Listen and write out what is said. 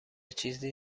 چیزی